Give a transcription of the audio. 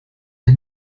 der